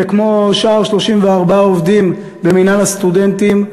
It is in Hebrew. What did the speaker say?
כמו שאר 34 העובדים במינהל הסטודנטים,